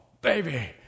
baby